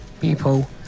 people